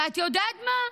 ואת יודעת מה,